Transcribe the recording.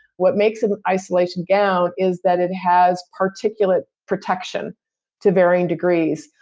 what makes an isolation gown is that it has particulate protection to varying degrees.